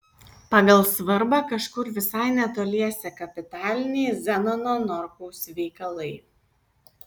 pagal svarbą kažkur visai netoliese kapitaliniai zenono norkaus veikalai